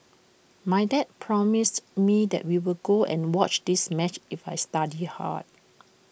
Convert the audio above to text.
my dad promised me that we will go and watch this match if I studied hard